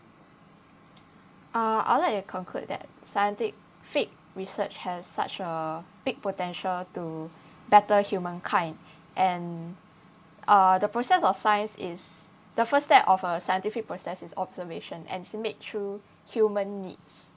uh I'd like to conclude that scientific research has such a big potential to better humankind and uh the process of science is the first step of a scientific process is observation and through human needs